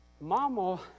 Mama